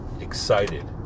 excited